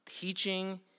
teaching